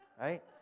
right